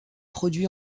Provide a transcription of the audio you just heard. produit